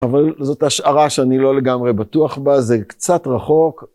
אבל זאת השערה שאני לא לגמרי בטוח בה, זה קצת רחוק.